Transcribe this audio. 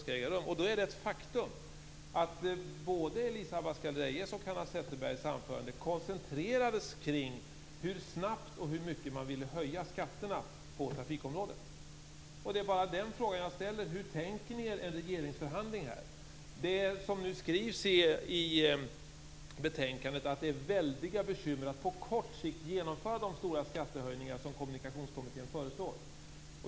Det är ett faktum att både Elisa Abascal Reyes och Hanna Zetterbergs anföranden koncentrerades kring hur snabbt och hur mycket man ville höja skatterna på trafikområdet. Det är bara den frågan jag ställer. Hur tänker ni er en regeringsförhandling? Det skrivs i betänkandet att det är väldiga problem med att på kort sikt genomföra de stora skattehöjningar som Kommunikationskommittén föreslår.